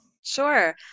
Sure